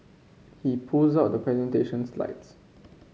he pulls out the presentation slides